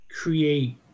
create